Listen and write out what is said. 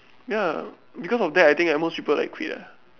ya because of that I think like most people like quit ah